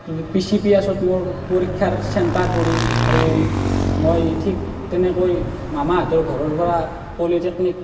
P C P S ত মোৰ পৰীক্ষাৰ চেণ্টাৰ পৰিল আৰু মই ঠিক তেনেকৈ মামাহঁতৰ ঘৰৰ পৰা পলিটেকনিক